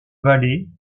vallée